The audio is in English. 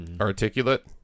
articulate